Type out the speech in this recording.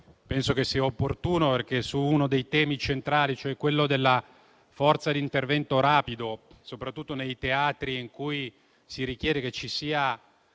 penso che ciò sia opportuno. Su uno dei temi centrali, cioè quello della forza di intervento rapido, soprattutto nei teatri in cui si richiede che ci sia